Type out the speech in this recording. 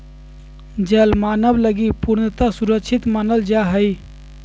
जल मानव लगी पूर्णतया सुरक्षित मानल जा हइ